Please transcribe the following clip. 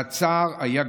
והצער היה גדול,